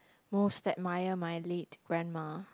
most admire my late grandma